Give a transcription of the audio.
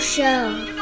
Show